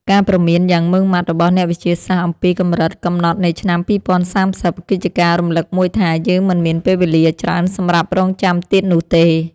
ការព្រមានយ៉ាងម៉ឺងម៉ាត់របស់អ្នកវិទ្យាសាស្ត្រអំពីកម្រិតកំណត់នៃឆ្នាំ ២០៣០ គឺជាការរំលឹកមួយថា យើងមិនមានពេលវេលាច្រើនសម្រាប់រង់ចាំទៀតនោះទេ។